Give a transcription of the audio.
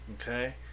Okay